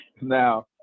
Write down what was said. Now